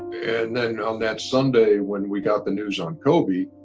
and then on that sunday, when we got the news on kobe,